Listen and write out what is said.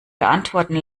beantworten